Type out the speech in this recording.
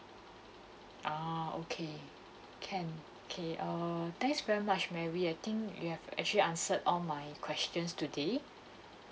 ah okay can okay err thanks very much mary I think you have actually answered all my questions today